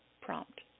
prompt